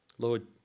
Lord